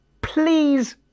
Please